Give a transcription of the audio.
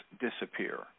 disappear